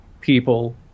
people